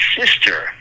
sister